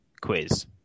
quiz